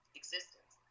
existence